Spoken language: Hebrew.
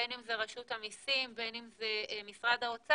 בין אם זה רשות המסים, בין אם זה משרד האוצר,